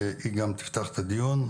היא גם תפתח את הדיון,